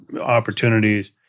opportunities